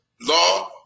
law